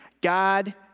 God